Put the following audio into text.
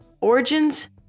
origins